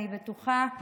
אני בטוחה,